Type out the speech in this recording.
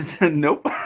Nope